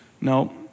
No